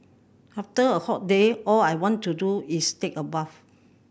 after a hot day all I want to do is take a bath